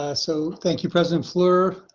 ah so thank you president flour,